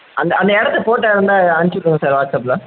அந்த அந்த இடத்த ஃபோட்டா இருந்தால் அனுப்ச்சு விடுங்க சார் வாட்சப்பில்